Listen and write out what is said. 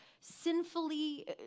sinfully